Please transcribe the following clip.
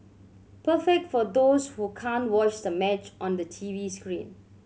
perfect for those who can't watch the match on the T V screen